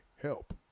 Help